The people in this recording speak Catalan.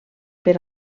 per